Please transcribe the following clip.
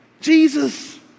Jesus